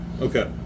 Okay